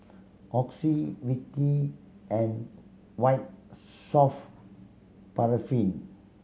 Oxy Vichy and White Soft Paraffin